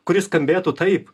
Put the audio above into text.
kuri skambėtų taip